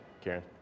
Karen